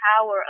Power